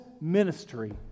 ministry